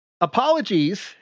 Apologies